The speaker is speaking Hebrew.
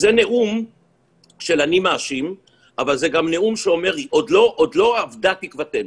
זה נאום של אני מאשים אבל זה נאום שגם אומר שעוד לא אבדה תקוותנו.